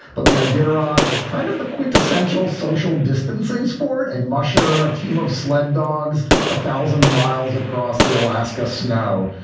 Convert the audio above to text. but the i did a-rod is kind of the quintessential social distancing sport and musher, a team of sled dogs a thousand miles across the alaska snow.